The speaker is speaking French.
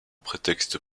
prétexte